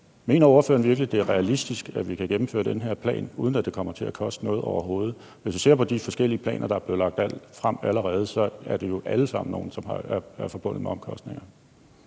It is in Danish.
Mener ordføreren virkelig, at det er realistisk, at vi kan gennemføre den her plan, uden at det kommer til at koste noget, overhovedet? Hvis vi ser på de forskellige planer, der er blevet lagt frem allerede, så er det jo alle sammen nogle, der er forbundet med omkostninger.